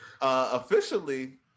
Officially